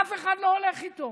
אף אחד לא הולך איתו.